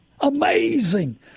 Amazing